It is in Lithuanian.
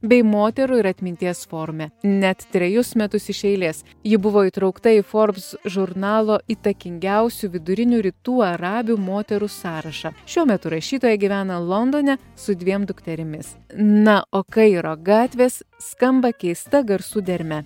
bei moterų ir atminties forume net trejus metus iš eilės ji buvo įtraukta į forbs žurnalo įtakingiausių vidurinių rytų arabių moterų sąrašą šiuo metu rašytoja gyvena londone su dviem dukterimis na o kairo gatvės skamba keista garsų derme